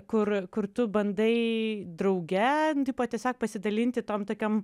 kur kur tu bandai drauge tiesiog pasidalinti tom tokiam